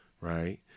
right